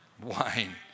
wine